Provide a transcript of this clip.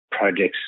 Projects